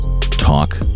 talk